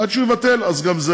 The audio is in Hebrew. עד שהוא יבטל, אז גם זה,